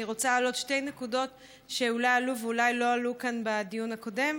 אני רוצה להעלות שתי נקודות שאולי עלו ואולי לא עלו כאן בדיון הקודם: